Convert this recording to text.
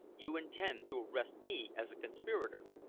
you intend to arrest me as a conspirator!